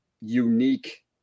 unique